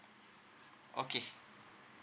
okay